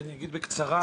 אגיד בקצרה.